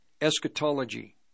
eschatology